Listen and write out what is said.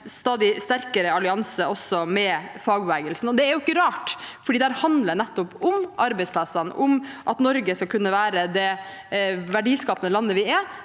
stadig sterkere allianse også med fagbevegelsen. Det er ikke rart, for dette handler nettopp om arbeidsplassene og om at Norge skal kunne være det verdiskapende landet vi er,